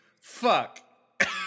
Fuck